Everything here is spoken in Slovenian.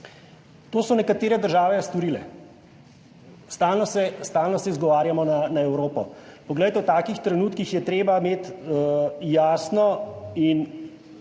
To so nekatere države storile. Stalno se izgovarjamo na Evropo. Poglejte, v takih trenutkih je treba imeti jasno